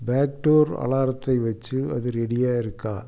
backdoor அலாரத்தை வச்சு அது ரெடியாக இருக்கா